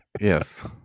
Yes